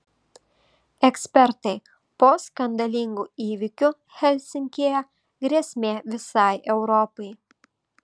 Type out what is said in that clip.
ekspertai po skandalingų įvykių helsinkyje grėsmė visai europai